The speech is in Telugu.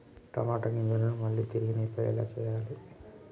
టమాట గింజలను మళ్ళీ తిరిగి నిల్వ ఎలా చేయాలి?